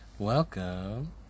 Welcome